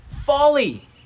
folly